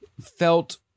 felt